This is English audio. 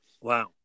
Wow